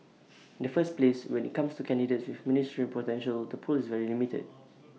in the first place when IT comes to candidates with ministerial potential the pool is very limited